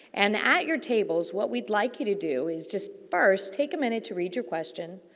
and, at your tables, what we'd like you to do is just first, take a minute to read your question,